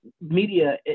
media